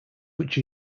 which